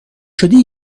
شدی